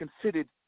considered